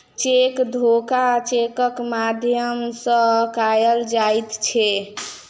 cheque धोखा चेकक माध्यम सॅ कयल जाइत छै